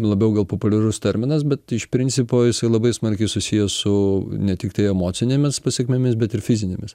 labiau gal populiarus terminas bet iš principo jisai labai smarkiai susijęs su ne tiktai emocinėmis pasekmėmis bet ir fizinėmis